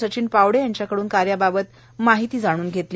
सचिन पावड यांच्याकडून या कार्याबाबत माहिती जाणून घप्तली